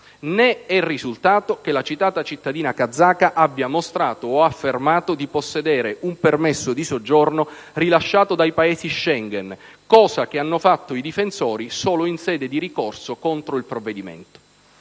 né è risultato che la citata cittadina kazaka abbia mostrato o affermato di possedere un permesso di soggiorno rilasciato da Paesi Schengen, cosa che hanno fatto i difensori solo in sede di ricorso contro il provvedimento.